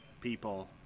people